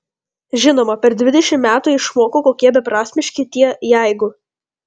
žinoma per dvidešimt metų išmokau kokie beprasmiški tie jeigu